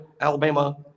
Alabama